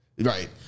Right